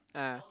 ah